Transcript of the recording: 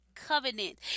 covenant